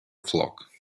flock